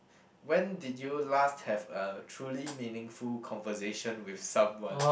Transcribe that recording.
when did you last have a truly meaningful conversation with someone